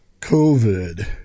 COVID